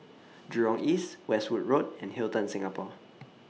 Jurong East Westwood Road and Hilton Singapore